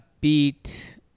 beat